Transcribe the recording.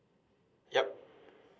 yup